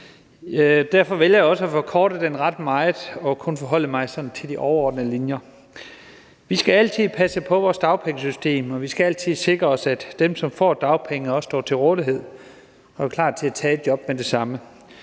Derfor vælger jeg også at forkorte den ret meget og kun forholde mig til de overordnede linjer. Vi skal altid passe på vores dagpengesystem, og vi skal altid sikre os, at dem, som får dagpenge, også står til rådighed og er klar til at tage et job med det samme.